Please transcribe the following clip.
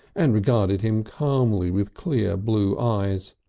and regarded him calmly with clear blue eyes.